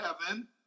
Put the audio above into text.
heaven